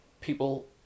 people